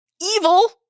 evil